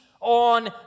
on